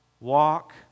walk